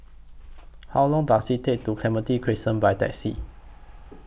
How Long Does IT Take to Clementi Crescent By Taxi